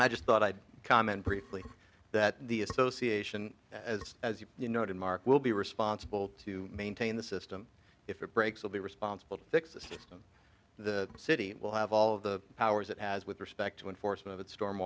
i just thought i'd comment briefly that the association as you noted mark will be responsible to maintain the system if it breaks will be responsible to fix the system the city will have all of the powers it has with respect to enforcement